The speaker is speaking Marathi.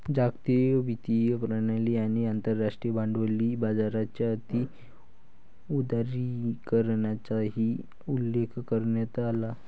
जागतिक वित्तीय प्रणाली आणि आंतरराष्ट्रीय भांडवली बाजाराच्या अति उदारीकरणाचाही उल्लेख करण्यात आला